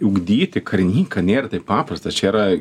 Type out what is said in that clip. ugdyti karininką nėra taip paprasta čia yra